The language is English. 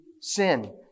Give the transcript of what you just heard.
sin